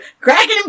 Cracking